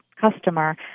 customer